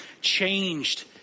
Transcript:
changed